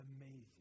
amazing